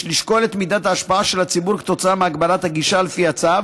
יש לשקול את מידת ההשפעה על הציבור כתוצאה מהגבלת הגישה לפי הצו